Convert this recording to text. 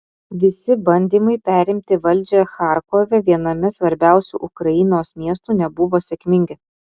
visi bandymai perimti valdžią charkove viename svarbiausių ukrainos miestų nebuvo sėkmingi